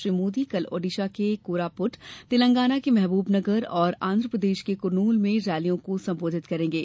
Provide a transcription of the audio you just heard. श्री मोदी कल ओडिशा के कोरापुट तेलंगाना के महबूबनगर और आंध्रप्रदेश के कुर्नूल में रैलियों को संबोधित करेंगे